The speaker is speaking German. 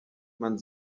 man